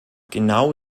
genau